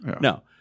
No